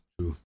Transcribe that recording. true